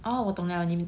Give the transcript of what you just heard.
orh 我懂了你